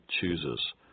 chooses